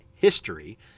History